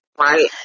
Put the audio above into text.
Right